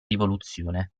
rivoluzione